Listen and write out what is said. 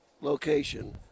location